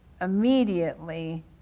immediately